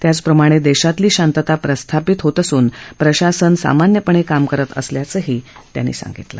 त्याचप्रमाणे देशातली शांतता प्रस्थिपित होत असून प्रशासन सामन्यपणे काम करत असल्याचंही ते म्हणाले